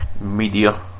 media